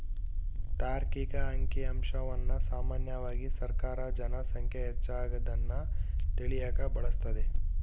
ತಾರ್ಕಿಕ ಅಂಕಿಅಂಶವನ್ನ ಸಾಮಾನ್ಯವಾಗಿ ಸರ್ಕಾರ ಜನ ಸಂಖ್ಯೆ ಹೆಚ್ಚಾಗದ್ನ ತಿಳಿಯಕ ಬಳಸ್ತದೆ